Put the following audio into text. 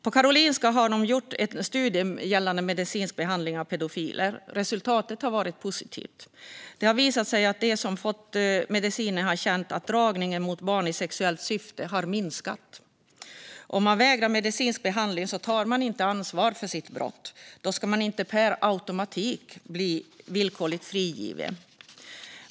På Karolinska har det gjorts studier av medicinsk behandling av pedofiler. Resultatet har varit positivt. Det har visat sig att de som fått medicinen har känt att dragningen till barn i sexuellt syfte hade minskat. Om man vägrar medicinsk behandling tar man inte ansvar för sitt brott. Då ska man inte per automatik bli villkorligt frigiven.